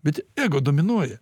bet ego dominuoja